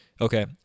Okay